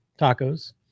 tacos